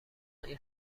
این